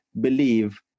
believe